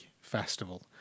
festival